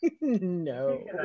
No